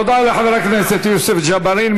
תודה לחבר הכנסת יוסף ג'בארין.